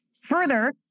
Further